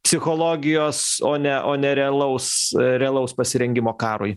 psichologijos o ne o ne realaus realaus pasirengimo karui